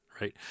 right